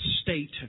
state